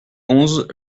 onze